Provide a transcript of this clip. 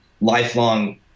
lifelong